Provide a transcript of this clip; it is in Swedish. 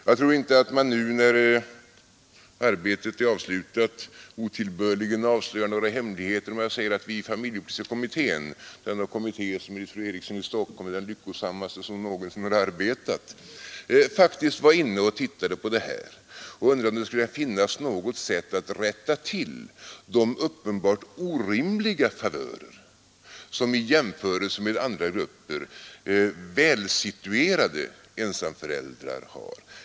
Jag tror inte att jag otillbörligen avslöjar några hemligheter, om jag nu, när arbetet är avslutat, säger att vi i familjepolitiska kommittén — denna kommitté som enligt fru Eriksson i Stockholm är den lyckosammaste som någonsin har arbetat — faktiskt tittade på det här och undrade om det skulle kunna finnas något sätt att rätta till de uppenbart orimliga favörer i jämförelse med andra grupper som välsituerade ensamföräldrar har.